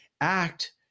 act